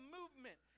movement